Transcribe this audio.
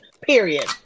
Period